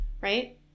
Right